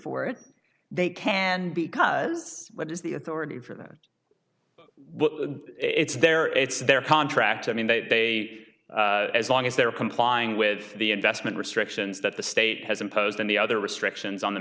for it they can because what is the authority for what it's there it's their contract i mean they as long as they're complying with the investment restrictions that the state has imposed and the other restrictions on the